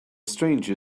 stranger